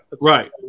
Right